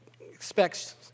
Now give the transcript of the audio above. expects